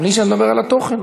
בלי שאני אדבר על התוכן.